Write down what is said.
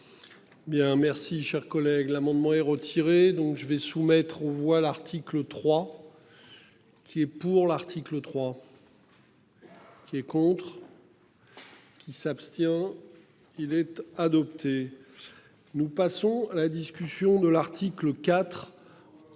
Bien merci chers collègue l'amendement est retiré. Donc je vais soumettre aux voix l'article 3. Qui est pour l'article 3. Qui est contre. Qui s'abstient.-il être adopté. Nous passons à la discussion de l'article IV.